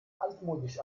altmodisch